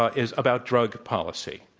ah is about drug policy.